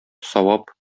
савап